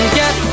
get